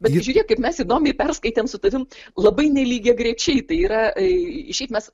bet pažiūrėk kaip mes įdomiai perskaitėm su tavimi labai nelygiagrečiai tai yra šiaip mes